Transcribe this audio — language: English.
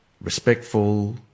respectful